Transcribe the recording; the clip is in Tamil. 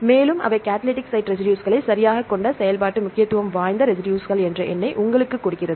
மேலும் அவை கடலிடிக் சைட் ரெசிடுஸ்களை சரியாகக் கொண்ட செயல்பாட்டு முக்கியத்துவம் வாய்ந்த ரெசிடுஸ்கள் என்ற எண்ணை உங்களுக்குக் கொடுக்கிறது